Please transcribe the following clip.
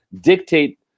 dictate